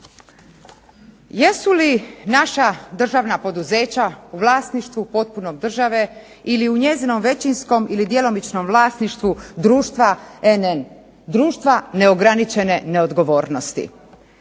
Jesu li naša državna poduzeća u vlasništvu potpuno države ili u njezinom većinskom ili djelomičnom vlasništvu društva NN, društva neograničene neodgovornosti?